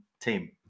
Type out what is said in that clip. Team